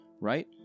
right